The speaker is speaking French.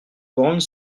grandes